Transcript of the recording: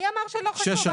מי אמר שלא חשוב?